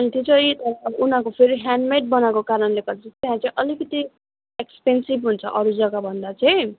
अनि त्यो चाहिँ अब उनीहरूको फेरि ह्यान्डमेड बनाएको कारणले गर्दा चाहिँ त्यहाँ चाहिँ अलिकति एक्सपेनसिब हुन्छ अरू जग्गा भन्दा चाहिँ